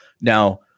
Now